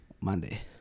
Monday